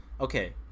Okay